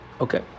Okay